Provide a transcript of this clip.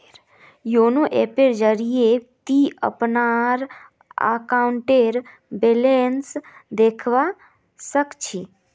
YONO ऐपेर जरिए ती अपनार अकाउंटेर बैलेंस देखवा सख छि